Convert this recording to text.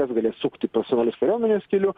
kas galės sukti profesionalios kariuomenės keliu